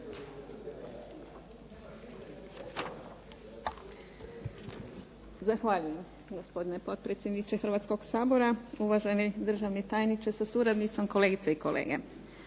Zahvaljujem. Gospodine potpredsjedniče Hrvatskog sabora, uvaženi državni tajniče sa suradnicom, kolegice i kolege.